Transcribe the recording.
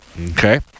Okay